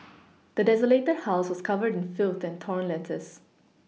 the desolated house was covered in filth and torn letters